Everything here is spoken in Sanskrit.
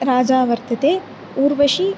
राजा वर्तते ऊर्वशी